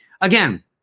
again